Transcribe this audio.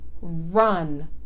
run